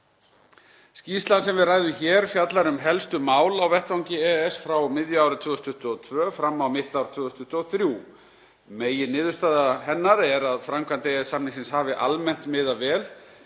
Skýrslan sem við ræðum hér fjallar um helstu mál á vettvangi EES frá miðju ári 2022 fram á mitt ár 2023. Meginniðurstaða hennar er að framkvæmd EES-samningsins hafi almennt miðað vel.